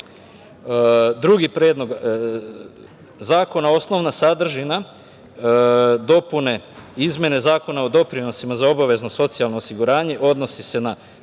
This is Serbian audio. lica. Drugi predlog zakona, osnovna sadržina dopune, izmene Zakona o doprinosima za obavezno socijalno osiguranje odnosi se na: